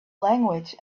language